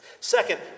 Second